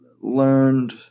learned